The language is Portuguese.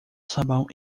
sabão